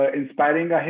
inspiring